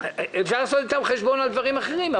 אפשר לעשות איתם חשבון על דברים אחרים,